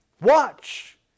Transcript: watch